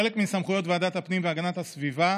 חלק מסמכויות ועדת הפנים והגנת הסביבה